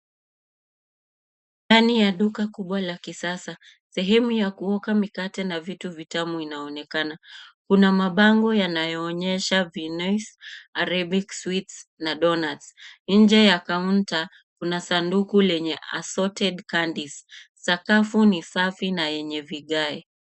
Ndani ya duka kubwa la kisasa. Sehemu ya kuoka mikate na vitu vitamu inaonekana. Kuna mabango yanayoonesha vines , arabic sweets , na doughnuts . Nje ya counter , kuna sanduku lenye assorted candies . Sakafu ni safi na yenye vigae.